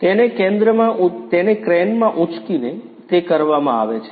તેને ક્રેનમાં ઉંચકીને તે કરવામાં આવે છે